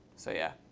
so yeah.